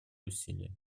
усилия